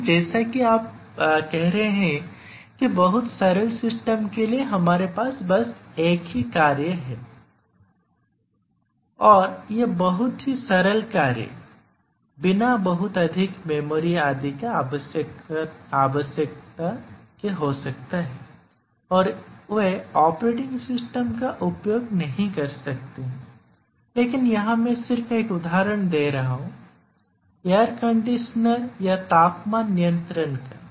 लेकिन जैसा कि आप कह रहे हैं कि बहुत सरल सिस्टम के लिए हमारे पास बस एक ही कार्य है और यह बहुत ही सरल कार्य बिना बहुत अधिक मेमोरी आदि की आवश्यकता के हो सकता है और वे ऑपरेटिंग सिस्टम का उपयोग नहीं कर सकते हैं लेकिन यहां मैं सिर्फ एक उदाहरण दे रहा हूं एयर कंडीशनर या तापमान नियंत्रक का